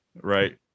right